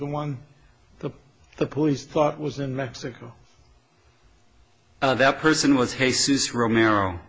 the one the the police thought was in mexico and that person was he says romero